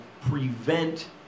prevent